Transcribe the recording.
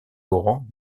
laurent